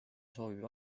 soovib